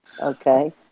Okay